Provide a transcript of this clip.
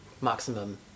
maximum